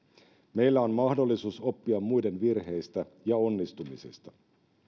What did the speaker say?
meillä on mahdollisuus oppia muiden virheistä ja onnistumisista